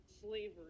slavery